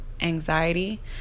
anxiety